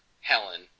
Helen